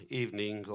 evening